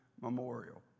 memorial